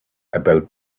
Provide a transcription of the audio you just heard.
about